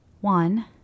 One